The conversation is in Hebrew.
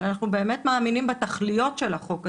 אבל אנחנו באמת מאמינים בתכליות של החוק הזה.